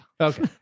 Okay